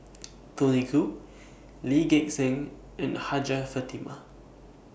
Tony Khoo Lee Gek Seng and Hajjah Fatimah